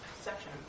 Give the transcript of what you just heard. section